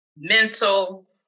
Mental